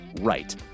right